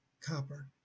copper